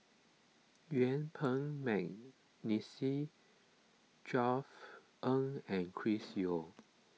Yuen Peng McNeice Josef Ng and Chris Yeo